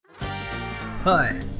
Hi